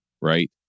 right